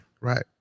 Right